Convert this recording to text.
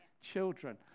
children